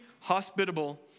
hospitable